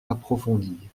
approfondie